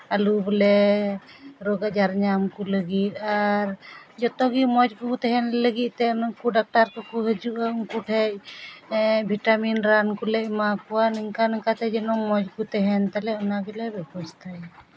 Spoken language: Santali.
ᱟᱞᱚ ᱵᱚᱞᱮ ᱨᱳᱜᱽ ᱟᱡᱟᱨ ᱧᱟᱢ ᱠᱚ ᱞᱟᱹᱜᱤᱫ ᱟᱨ ᱡᱚᱛᱚᱜᱮ ᱢᱚᱸᱡᱽ ᱠᱚ ᱛᱟᱦᱮᱱ ᱞᱟᱹᱜᱤᱫ ᱛᱮ ᱩᱱᱠᱩ ᱰᱟᱠᱛᱟᱨ ᱠᱚᱠᱚ ᱦᱤᱡᱩᱜᱼᱟ ᱩᱱᱠᱩ ᱴᱷᱮᱡ ᱵᱷᱤᱴᱟᱢᱤᱱ ᱨᱟᱱ ᱠᱚᱞᱮ ᱮᱢᱟ ᱠᱚᱣᱟ ᱱᱚᱝᱠᱟ ᱱᱚᱝᱠᱟ ᱡᱮᱱᱚ ᱢᱚᱸᱡᱽ ᱠᱚ ᱛᱟᱦᱮᱱ ᱛᱟᱞᱮ ᱚᱱᱟ ᱜᱮᱞᱮ ᱵᱮᱵᱚᱥᱛᱷᱟᱭᱟ